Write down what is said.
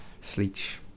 Sleech